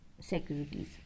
securities